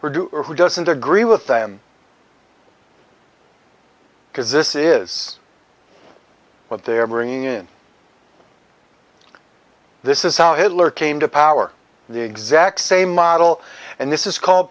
do or who doesn't agree with them because this is what they're bringing in this is how it came to power the exact same model and this is called